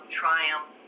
triumph